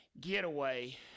getaway